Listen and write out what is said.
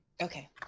Okay